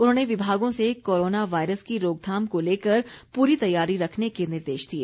उन्होंने विभागों से कोरोना वायरस की रोकथाम को लेकर पूरी तैयारी रखने के निर्देश दिए